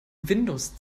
windows